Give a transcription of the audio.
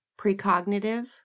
Precognitive